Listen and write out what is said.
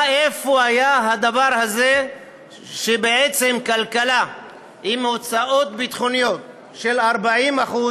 איפה היה כדבר הזה שכלכלה עם הוצאות ביטחוניות של 40%,